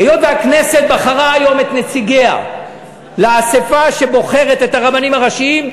היות שהכנסת בחרה היום את נציגיה לאספה שבוחרת את הרבנים הראשיים,